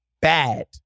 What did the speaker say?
bad